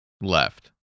left